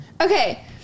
Okay